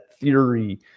theory